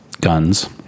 guns